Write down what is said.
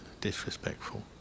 disrespectful